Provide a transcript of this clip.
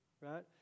right